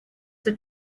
that